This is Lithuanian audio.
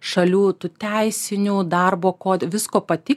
šalių tų teisinių darbo ko visko pati